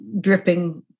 dripping